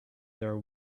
their